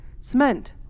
cement